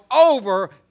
over